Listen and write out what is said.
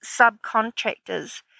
subcontractors